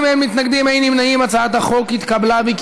להעביר את הצעת חוק העונשין (תיקון,